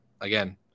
again